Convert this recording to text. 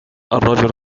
الرجل